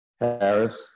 Harris